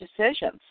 decisions